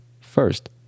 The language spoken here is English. first